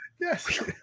Yes